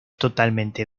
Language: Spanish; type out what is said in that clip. totalmente